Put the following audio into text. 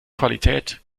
qualität